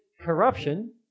corruption